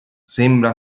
sembra